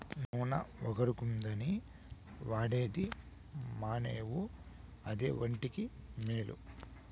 నూన ఒగరుగుందని వాడేది మానేవు అదే ఒంటికి మేలు